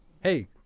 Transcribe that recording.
Hey